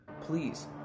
please